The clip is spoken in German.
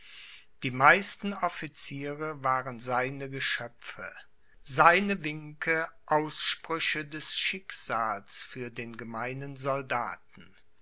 die meisten offiziere waren seine geschöpfe seine winke aussprüche des schicksals für den gemeinen soldaten